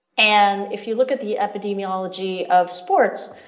and if you look at the epidemiology of sports,